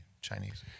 Chinese